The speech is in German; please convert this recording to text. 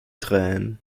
tränen